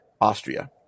Austria